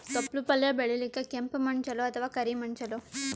ತೊಪ್ಲಪಲ್ಯ ಬೆಳೆಯಲಿಕ ಕೆಂಪು ಮಣ್ಣು ಚಲೋ ಅಥವ ಕರಿ ಮಣ್ಣು ಚಲೋ?